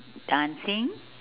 dancing